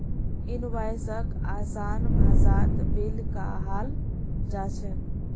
इनवॉइसक आसान भाषात बिल कहाल जा छेक